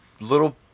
little